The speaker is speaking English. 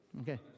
Okay